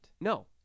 No